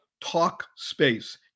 Talkspace